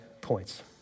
points